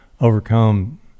overcome